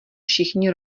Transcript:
všichni